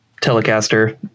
Telecaster